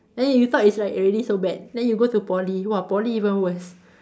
then you thought it's like already so bad then you go to Poly !wah! Poly even more worse